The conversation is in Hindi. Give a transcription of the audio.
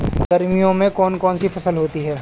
गर्मियों में कौन कौन सी फसल होती है?